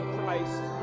Christ